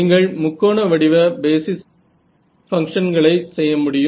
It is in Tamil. நீங்கள் முக்கோண வடிவ பேசிஸ் பங்ஷன்களை செய்ய முடியும்